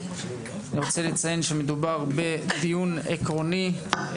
אני רוצה לציין מדובר בדיון עקרוני,